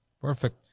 Perfect